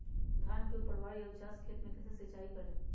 धान के ऊपरवार या उचास खेत मे कैसे सिंचाई करें?